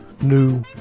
new